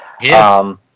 Yes